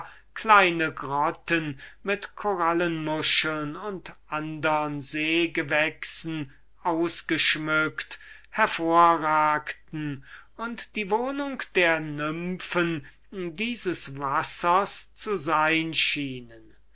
kleine grotten mit korallenmuscheln und andern seegewächsen ausgeschmückt hervorragten und die wohnung der nymphen dieses wassers zu sein schienen